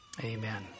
amen